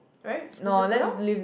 right let's just go down